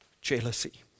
jealousy